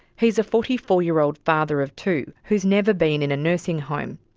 he's a forty four year old father of two who has never been in a nursing home.